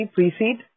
Pre-seed